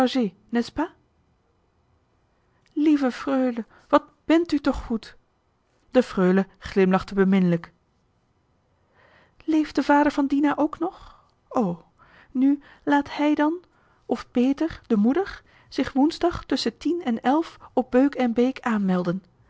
lieve freule wat bent u toch goed de freule glimlachte bemin'lijk leeft de vader van dina ook nog o nu laat hij dan of béter de moeder zich woensdag tusschen tien en elf op beuk en beek aanmelden